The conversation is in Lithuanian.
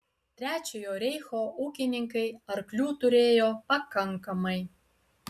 trečiojo reicho ūkininkai arklių turėjo pakankamai